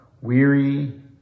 weary